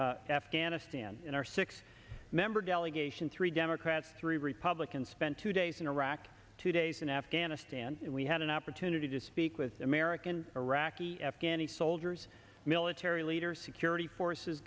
to afghanistan in our six member delegation three democrats three republicans spent two days in iraq two days in afghanistan and we had an opportunity to speak with american iraqi afghanis soldiers military leaders security forces